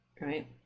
right